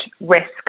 risk